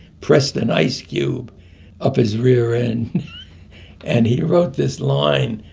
pressed an ice cube up his rear end and he wrote this line,